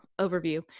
overview